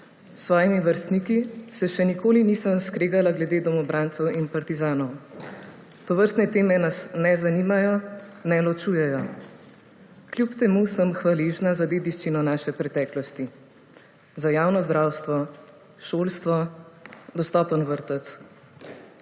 svojimi vrstniki se še nikoli nisem skregala glede domobrancev in partizanov, tovrstne teme nas ne zanimajo, ne ločujejo. Kljub temu sem hvaležna za dediščino naše preteklosti – za javno zdravstvo, šolstvo, dostopen vrtec.